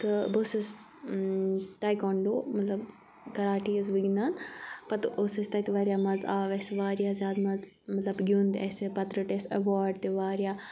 تہٕ بہٕ ٲسٕس ٹایکانڈو مطلب کراٹی ٲسٕس بہٕ گِنٛدان پَتہٕ اوس اَسہِ تَتہِ واریاہ مَزٕ آو اَسہِ واریاہ زیادٕ مَزٕ مطلب گیُنٛد اَسہِ پَتہٕ رٔٹۍ اَسہِ ایٚواڈ تہِ واریاہ